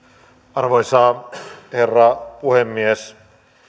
arvoisa herra puhemies